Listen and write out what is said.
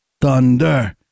thunder